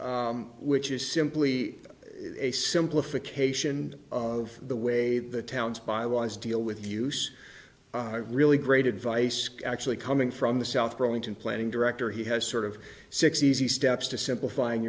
which is simply a simplification of the way the town's bylaws deal with the use really great advice actually coming from the south burlington planning director he has sort of six easy steps to simplify